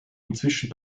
inzwischen